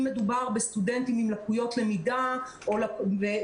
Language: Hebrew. אם מדובר בסטודנטים עם לקויות למידה ומוגבלויות